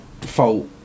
fault